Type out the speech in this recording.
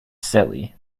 silly